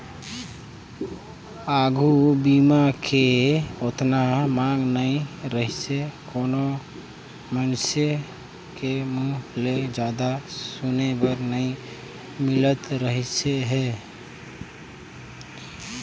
आघू बीमा के ओतना मांग नइ रहीसे कोनो मइनसे के मुंहूँ ले जादा सुने बर नई मिलत रहीस हे